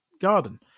garden